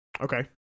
Okay